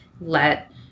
let